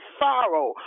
sorrow